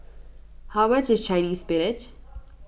how much is Chinese Spinach